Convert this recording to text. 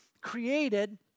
created